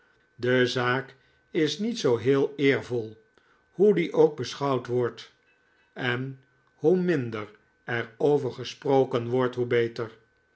de zaak is niet zoo heel eervol hoe die ook beschouwd wordt en hoe minder er over gesproken wordt hoe beter